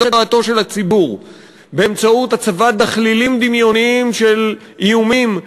דעתו של הציבור באמצעות הצבת דחלילים דמיוניים של איומים משפטיים,